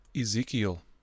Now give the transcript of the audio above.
Ezekiel